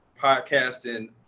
podcasting